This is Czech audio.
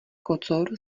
kocour